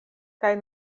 kaj